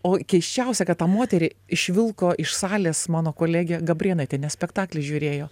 o keisčiausia kad tą moterį išvilko iš salės mano kolegė gabrėnaitė nes spektaklį žiūrėjo